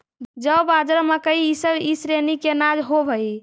जौ, बाजरा, मकई इसब ई श्रेणी के अनाज होब हई